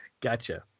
Gotcha